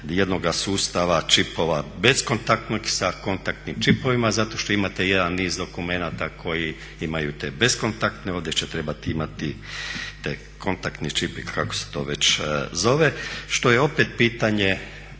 jednoga sustava čipova beskontaktnog sa kontaktnim čipovima zato što imate jedan niz dokumenata koji imaju te beskontaktne. Ovdje će trebat imati taj kontaktni čip, kako se to već zove, što je opet pitanje